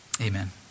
amen